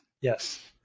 Yes